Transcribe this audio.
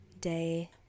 day